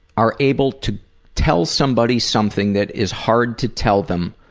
are able to tell somebody something that is hard to tell them,